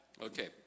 okay